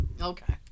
Okay